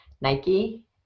Nike